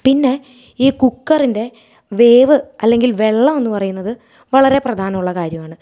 പിന്നെ ഈ കുക്കറിൻ്റെ വേവ് അല്ലെങ്കിൽ വെള്ളം എന്ന് പറയുന്നത് വളരെ പ്രധാനയമുള്ള കാര്യമാണ്